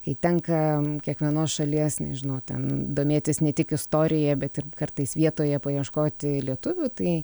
kai tenka kiekvienos šalies nežinau ten domėtis ne tik istorija bet ir kartais vietoje paieškoti lietuvių tai